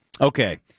Okay